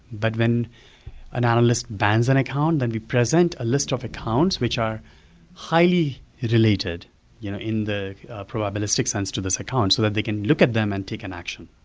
but when an analyst bans an account, then we present a list of accounts which are highly related you know in the probabilistic sense to this account so that they can look at them and take an action.